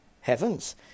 Heavens